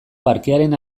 parkearen